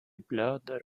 blöder